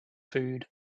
food